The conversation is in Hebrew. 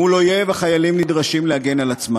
מול אויב החיילים נדרשים להגן על עצמם.